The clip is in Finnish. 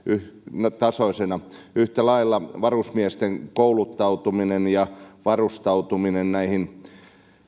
nykytasoisina yhtä lailla varusmiesten kouluttautuminen ja varustautuminen näihin